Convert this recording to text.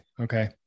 Okay